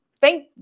thank